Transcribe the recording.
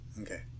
Okay